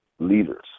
Leaders